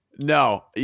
No